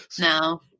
No